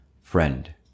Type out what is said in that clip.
Friend